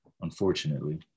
unfortunately